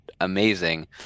amazing